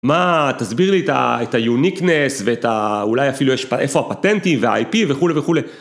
מה, תסביר לי את ה-uniqueness ואולי אפילו איפה הפטנטי וה-IP וכולי וכולי.